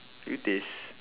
you taste